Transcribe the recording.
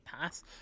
pass